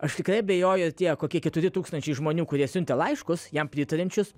aš tikrai abejoju ar tie kokie keturi tūkstančiai žmonių kurie siuntė laiškus jam pritariančius